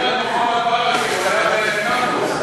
יש גם את מוחמד ברכה, הוא היה, הקמפוס.